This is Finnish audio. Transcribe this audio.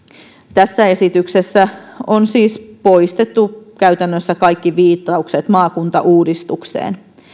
tässä esityksessä on siis poistettu käytännössä kaikki viittaukset maakuntauudistukseen